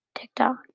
TikTok